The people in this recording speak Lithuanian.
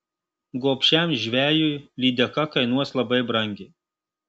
gobšiam žvejui lydeka kainuos labai brangiai